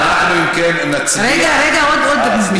אנחנו אם כן נצביע, רגע, רגע, עוד משפט.